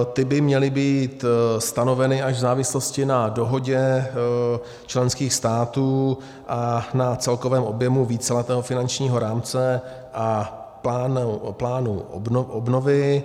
Ty by měly být stanoveny až v závislosti na dohodě členských států a na celkovém objemu víceletého finančního rámce a plánů obnovy.